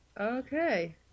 Okay